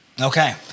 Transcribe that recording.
Okay